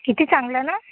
किती चांगलं ना